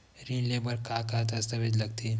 ऋण ले बर का का दस्तावेज लगथे?